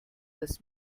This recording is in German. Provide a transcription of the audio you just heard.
das